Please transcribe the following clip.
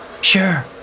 Sure